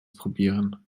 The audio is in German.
probieren